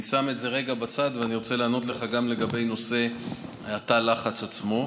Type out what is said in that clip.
אני שם את זה רגע בצד ואני רוצה לענות לך גם לגבי נושא תא הלחץ עצמו.